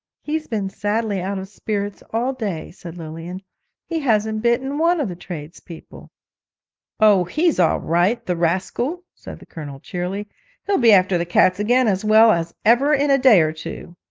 he's been sadly out of spirits all day said lilian he hasn't bitten one of the tradespeople oh, he's all right, the rascal said the colonel, cheerily he'll be after the cats again as well as ever in a day or two